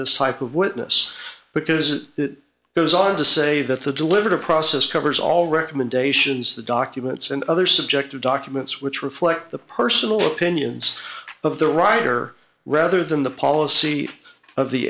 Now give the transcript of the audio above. this type of witness because that goes on to say that the deliberative process covers all recommendations the documents and other subjective documents which reflect the personal opinions of the writer rather than the policy of the